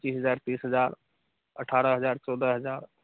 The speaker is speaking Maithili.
पच्चीस हजार तीस हजार अठारह हजार चौदह हजार